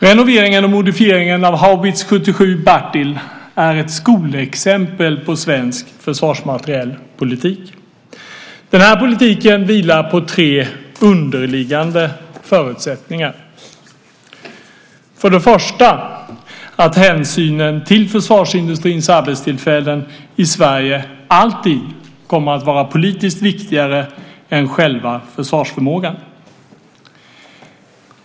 Renoveringen och modifieringen av Haubits 77B är ett skolexempel på svensk försvarsmaterielpolitik. Den här politiken vilar på tre underliggande förutsättningar: För det första kommer hänsynen till försvarsindustrins arbetstillfällen i Sverige alltid att vara politiskt viktigare än själva försvarsförmågan.